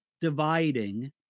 dividing